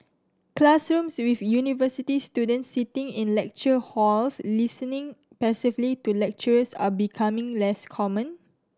classrooms with university students sitting in lecture halls listening passively to lecturers are becoming less common